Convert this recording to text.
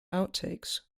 outtakes